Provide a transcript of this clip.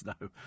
No